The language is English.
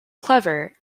clever